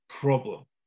Problem